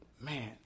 Man